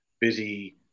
busy